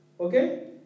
Okay